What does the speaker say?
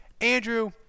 Andrew